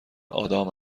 آدام